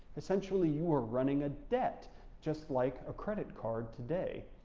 essentially, you were running a debt just like a credit card today.